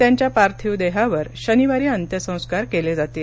त्यांच्या पार्थिव देहावर शनिवारी अंत्यसंस्कार केले जातील